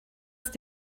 ist